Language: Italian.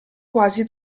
quasi